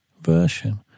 version